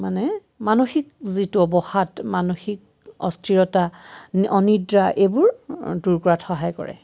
মানে মানসিক যিটো অৱসাদ মানসিক অস্থিৰতা অনিদ্ৰা এইবোৰ দূৰ কৰাত সহায় কৰে